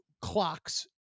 clocks